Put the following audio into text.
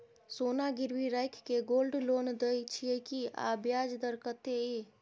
सोना गिरवी रैख के गोल्ड लोन दै छियै की, आ ब्याज दर कत्ते इ?